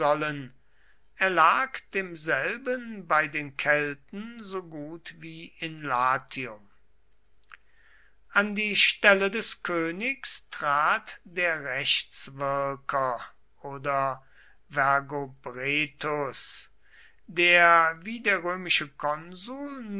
erlag demselben bei den kelten so gut wie in latium an die stelle des königs trat der rechtswirker oder vergobretus der wie der römische konsul